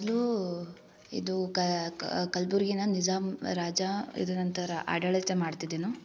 ಮೊದ್ಲು ಇದು ಕ ಕಲಬುರ್ಗಿನ ನಿಜಾಮ ರಾಜ ಇದು ನಂತರ ಆಡಳಿತ ಮಾಡ್ತಿದ್ದನು